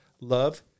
love